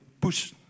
Push